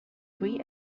free